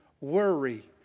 Worry